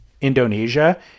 Indonesia